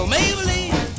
Maybelline